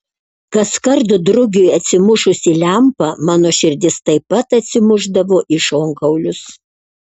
kaskart drugiui atsimušus į lempą mano širdis taip pat atsimušdavo į šonkaulius